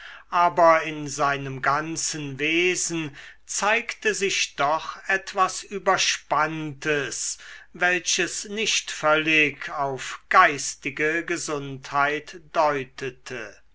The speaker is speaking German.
aber in seinem ganzen wesen zeigte sich doch etwas überspanntes welches nicht völlig auf geistige gesundheit deutete